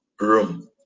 room